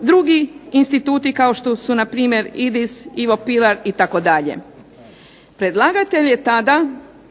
drugi instituti kao što su npr. IDIS, "Ivo Pilar" itd. Predlagatelj je tada